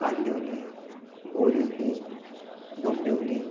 Kandivali Borivali Dombivli